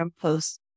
post